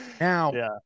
Now